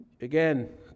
again